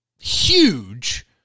huge